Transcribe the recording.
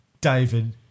David